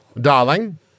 Darling